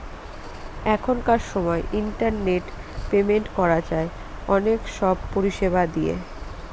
এখনকার সময় internet payment করা যায় অনেক সব পরিষেবা দিয়ে